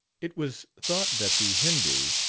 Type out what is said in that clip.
it was thought that the hindoo,